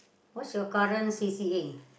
what's your current c_c_a